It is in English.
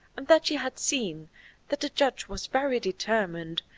and that she had seen that the judge was very determined,